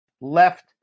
left